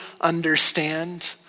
understand